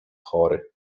chory